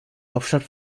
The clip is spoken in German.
hauptstadt